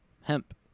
hemp